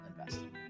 investing